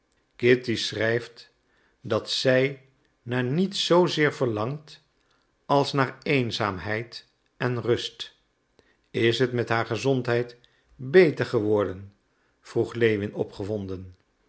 kitty schrijft dat zij naar niets zoozeer verlangt als naar eenzaamheid en rust is het met haar gezondheid beter geworden vroeg lewin opgewonden